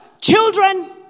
children